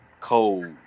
cold